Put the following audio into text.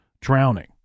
drowning